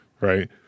right